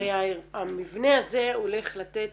הרי המבנה הזה הולך לתת